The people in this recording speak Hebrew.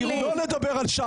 אני לא מדבר על ש"ס.